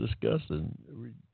discussing